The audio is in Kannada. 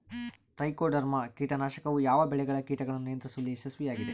ಟ್ರೈಕೋಡರ್ಮಾ ಕೇಟನಾಶಕವು ಯಾವ ಬೆಳೆಗಳ ಕೇಟಗಳನ್ನು ನಿಯಂತ್ರಿಸುವಲ್ಲಿ ಯಶಸ್ವಿಯಾಗಿದೆ?